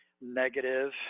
negative